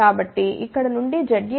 కాబట్టి ఇక్కడ నుండి ZAఅంటే ఏమిటి